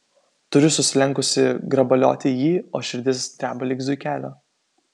turiu susilenkusi grabalioti jį o širdis dreba lyg zuikelio